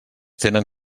tenen